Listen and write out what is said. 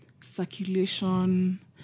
circulation